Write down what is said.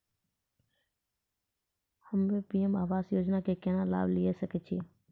हम्मे पी.एम आवास योजना के लाभ केना लेली सकै छियै?